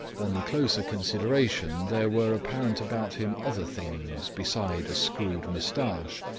on closer consideration, there were apparent about him other things beside a screwed moustache,